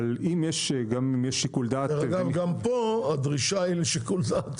אבל אם יש גם שיקול דעת -- דרך אגב גם פה הדרישה לשיקול דעת,